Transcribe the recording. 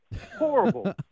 Horrible